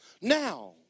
Now